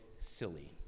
silly